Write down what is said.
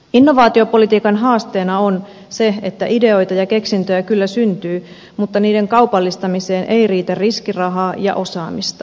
innovaatiopolitiikan haasteena on se että ideoita ja keksintöjä kyllä syntyy mutta niiden kaupallistamiseen ei riitä riskirahaa ja osaamista